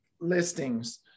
listings